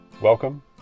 Welcome